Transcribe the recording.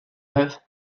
neuf